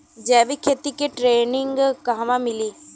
जैविक खेती के ट्रेनिग कहवा मिली?